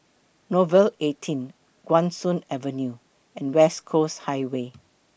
Nouvel eighteen Guan Soon Avenue and West Coast Highway